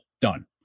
done